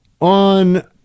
on